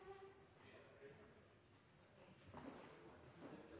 gjøres så god